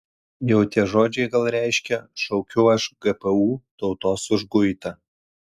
jau tie žodžiai gal reiškia šaukiu aš gpu tautos užguitą